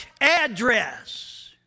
address